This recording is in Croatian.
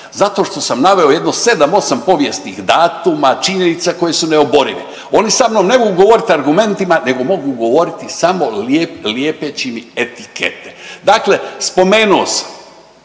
Zato što sam naveo jedno 7, 8 povijesnih datuma, činjenica koje su neoborive. One sa mnom ne mogu govoriti argumentima nego mogu govoriti samo lijepeći mi etikete. Dakle, spomenuo sam